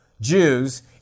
Jews